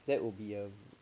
that would be a